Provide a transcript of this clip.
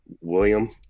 William